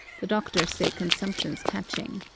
the doctors say consumption's catching.